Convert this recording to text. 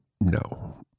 No